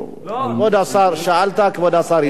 שאלת, כבוד השר השיב.